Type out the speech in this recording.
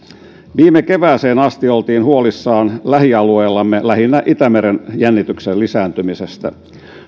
viime kevääseen asti oltiin huolissaan lähialueellamme lähinnä itämeren jännityksen lisääntymisestä